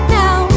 now